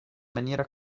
maniera